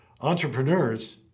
Entrepreneurs